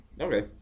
okay